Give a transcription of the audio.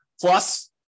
Plus